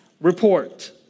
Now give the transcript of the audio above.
report